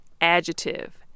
adjective